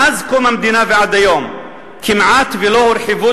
מאז קום המדינה ועד היום כמעט שלא הורחבו